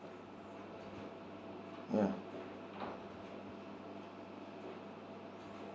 yeah